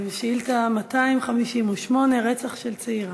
שאילתה 258: רצח של צעירה.